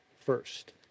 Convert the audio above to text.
first